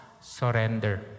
surrender